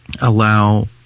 allow